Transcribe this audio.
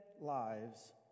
lives